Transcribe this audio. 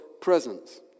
presence